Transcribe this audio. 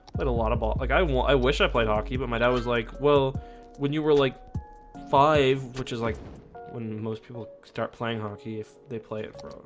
but a lot of ball like i want i wish i played hockey but might i was like well when you were like five which is like when most people start playing hockey if they play it